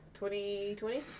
2020